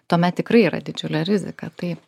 tuomet tikrai yra didžiulė rizika taip